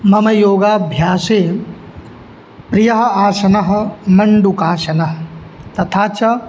मम योगाभ्यासे प्रियः आसनं मण्डूकासनम् तथा च